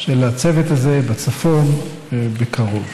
של הצוות הזה בצפון בקרוב.